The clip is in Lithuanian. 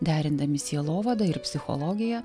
derindami sielovadą ir psichologiją